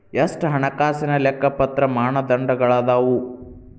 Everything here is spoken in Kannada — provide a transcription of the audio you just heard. ಎಷ್ಟ ಹಣಕಾಸಿನ್ ಲೆಕ್ಕಪತ್ರ ಮಾನದಂಡಗಳದಾವು?